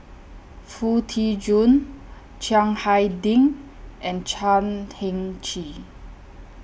Foo Tee Jun Chiang Hai Ding and Chan Heng Chee